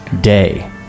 Day